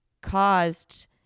caused